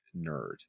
nerd